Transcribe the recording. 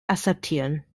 akzeptieren